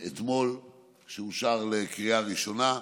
לאישור לקריאה ראשונה.